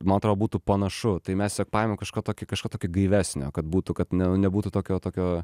man atrodo būtų panašu tai mes tiesiog paėmėm kažko tokį kažko tokį gaivesnio kad būtų kad nebūtų tokio tokio